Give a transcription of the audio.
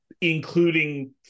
including